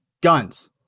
guns